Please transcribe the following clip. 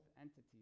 entities